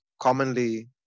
commonly